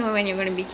ya